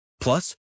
Plus